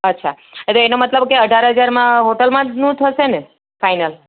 અચ્છા એનો મતલબ કે અઢાર હજારમાં હોટેલમાંનું જ થશેને ફાઈનલ